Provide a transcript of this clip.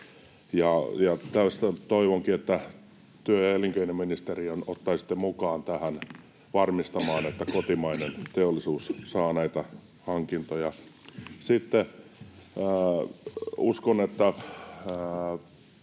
Toivonkin, että työ- ja elinkeinoministeriön ottaisitte mukaan tähän varmistamaan, että kotimainen teollisuus saa näitä hankintoja. Uskon, että